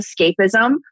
escapism